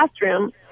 classroom